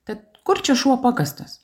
tad kur čia šuo pakastas